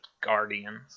Guardians